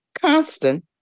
constant